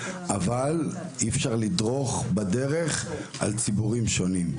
אבל אי אפשר לדרוך בדרך על ציבורים שונים.